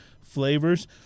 flavors